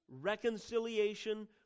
reconciliation